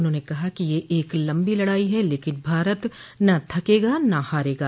उन्होंने कहा कि यह एक लंबी लड़ाई है लेकिन भारत न थकेगा न हारेगा